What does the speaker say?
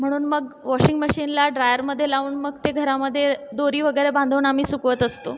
म्हणून मग वॉशिंग मशीनला ड्रायरमध्ये लावून मग ते घरामधे दोरी वगैरे बांधून आम्ही सुकवत असतो